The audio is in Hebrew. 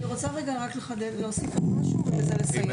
אני רוצה לחדד ולהוסיף עוד משהו ובזה לסיים.